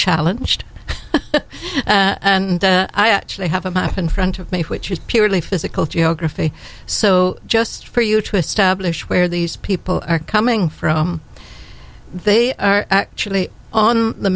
challenged and i actually have a map in front of me which is purely physical geography so just for you to establish where these people are coming from they are actually on the